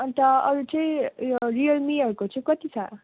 अन्त अरू चाहिँ उयो रियलमीहरूको चाहिँ कति छ